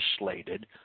legislated